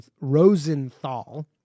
Rosenthal